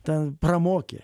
ten pramokė